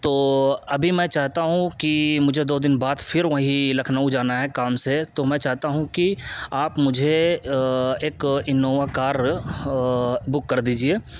تو ابھی میں چاہتا ہوں کہ مجھے دو دن بعد پھر وہی لکھنؤ جانا ہے کام سے تو میں چاہتا ہوں کہ آپ مجھے ایک انووا کار بک کر دیجیے